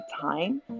time